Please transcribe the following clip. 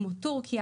כמו טורקיה